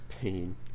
Pain